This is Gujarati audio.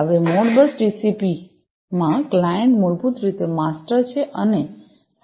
હવે મોડબસ ટીસીપીમાં ક્લાયન્ટ મૂળભૂત રીતે માસ્ટર છે અને સર્વરો સ્લેવ છે